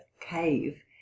cave